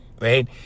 Right